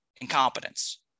incompetence